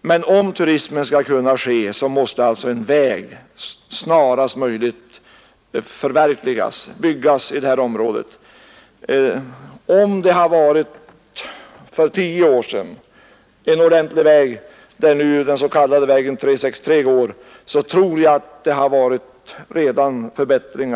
men om turismen skall kunna utvecklas måste en väg snarast möjligt byggas i detta område. Om det för tio år sedan hade funnits en ordentlig väg där nu den s.k. vägen med nr 363 går, tror jag att förbättringar redan hade skett.